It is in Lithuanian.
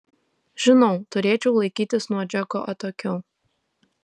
žinau turėčiau laikytis nuo džeko atokiau